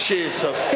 Jesus